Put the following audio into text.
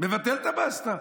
מבטל את הבסטה,